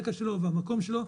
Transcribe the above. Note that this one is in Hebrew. הרקע שלו והמקום שלו,